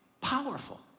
powerful